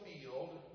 field